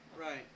Right